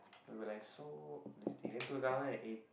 we were like so then two thousand and eight